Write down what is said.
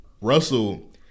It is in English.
Russell